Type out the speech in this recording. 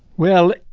well,